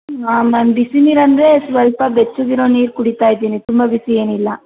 ಹಾಂ ಮ್ಯಾಮ್ ಬಿಸಿ ನೀರು ಅಂದರೆ ಸ್ವಲ್ಪ ಬೆಚ್ಚಗಿರೋ ನೀರು ಕುಡೀತಾ ಇದ್ದೀನಿ ತುಂಬ ಬಿಸಿ ಏನಿಲ್ಲ